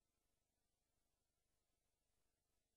הרי אני לא מיתממת,